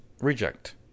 reject